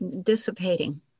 dissipating